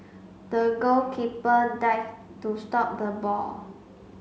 the goalkeeper dived to stop the ball